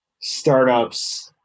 startups